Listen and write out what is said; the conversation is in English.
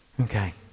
Okay